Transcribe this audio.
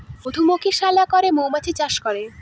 মধুমক্ষিশালা করে মৌমাছি চাষ করে